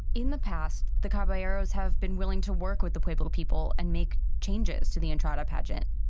in the past, the caballeros have been willing to work with the pueblo people and make changes to the entrada pageant.